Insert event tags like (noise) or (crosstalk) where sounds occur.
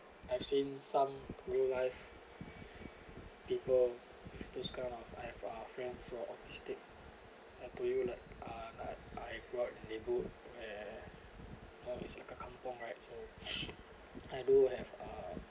I've seen some real life people with those kind of I have uh friends who are autistic and for you like I I I grow up in neighbour where well it's like a kampung right (noise) I do have uh